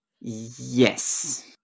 Yes